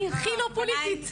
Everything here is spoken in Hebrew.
אני הכי לא פוליטית.